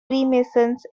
freemasons